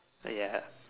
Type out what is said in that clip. uh ya lah